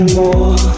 more